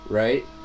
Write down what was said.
right